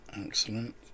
Excellent